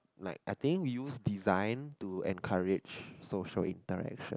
like I think use design to encourage social interaction